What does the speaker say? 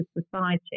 society